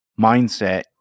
mindset